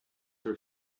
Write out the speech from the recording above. her